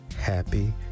Happy